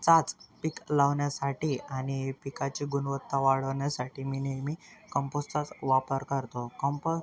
चाच पीक लावण्यासाठी आणि पिकाची गुणवत्ता वाढवण्यासाठी मी नेहमी कंपोस्टचाच वापर करतो कंपो